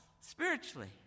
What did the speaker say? spiritually